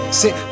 sit